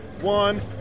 one